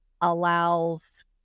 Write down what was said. allows